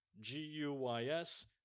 G-U-Y-S